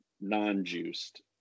non-juiced